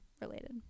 related